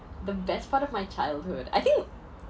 the best part of my childhood I think